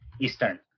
Eastern